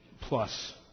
plus